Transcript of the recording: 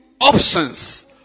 options